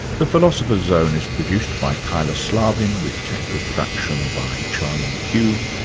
the philosopher's zone is produced by kyla slaven with technical production by charlie mccune,